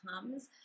comes